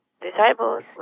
disciples